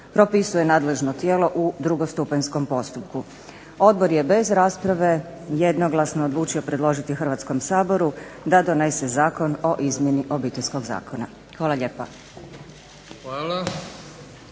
propisuje nadležno tijelo u drugostupanjskom postupku. Odbor je bez rasprave jednoglasno odlučio predložiti Hrvatskom saboru da donese Zakon o izmjeni Obiteljskog zakona. Hvala lijepa.